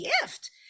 gift